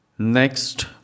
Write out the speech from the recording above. Next